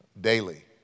daily